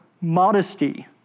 modesty